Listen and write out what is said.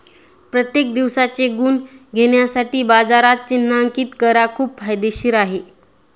प्रत्येक दिवसाचे गुण घेण्यासाठी बाजारात चिन्हांकित करा खूप फायदेशीर आहे